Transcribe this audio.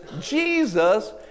Jesus